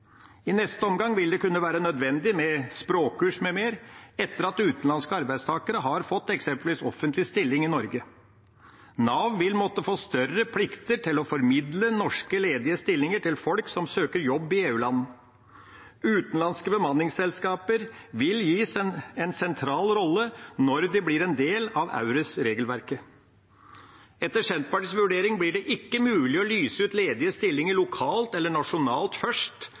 I neste omgang vil det kunne være nødvendig med språkkurs m.m., etter at utenlandske arbeidstakere har fått eksempelvis offentlig stilling i Norge. Nav vil måtte få større plikter til å formidle norske ledige stillinger til folk som søker jobb i EU-land. Utenlandske bemanningsselskaper vil gis en sentral rolle når de blir en del av EURES-regelverket. Etter Senterpartiets vurdering blir det ikke mulig å lyse ut ledige stillinger lokalt eller nasjonalt først,